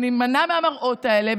אחת מהצעות החוק הראשונות שהגשתי,